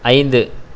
ஐந்து